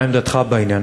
מה עמדתך בעניין,